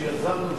שיזמנו,